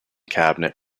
cabinet